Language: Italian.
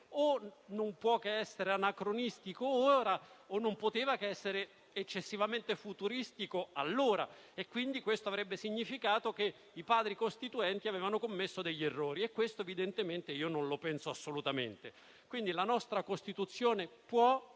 non può che essere anacronistico ora o essere stato eccessivamente futuristico allora. Questo avrebbe significato che i Padri costituenti abbiano commesso degli errori; ma questo non lo penso assolutamente. Quindi, la nostra Costituzione può